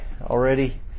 already